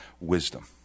wisdom